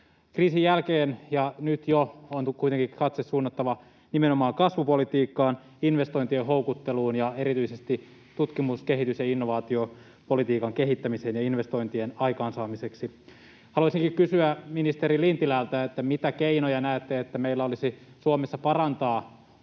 Kriisin jälkeen, ja nyt jo, on kuitenkin katse suunnattava nimenomaan kasvupolitiikkaan, investointien houkutteluun ja erityisesti tutkimus-, kehitys- ja innovaatiopolitiikan kehittämiseen investointien aikaansaamiseksi. Haluaisinkin kysyä ministeri Lintilältä: mitä keinoja näette, että meillä olisi Suomessa parantaa